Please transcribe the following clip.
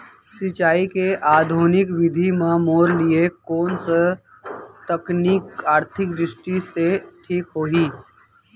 सिंचाई के आधुनिक विधि म मोर लिए कोन स तकनीक आर्थिक दृष्टि से ठीक होही?